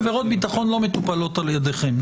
עבירות ביטחון לא מטופלות על ידיכם,